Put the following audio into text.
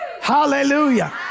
Hallelujah